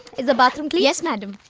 is the bathroom clean. yes madam.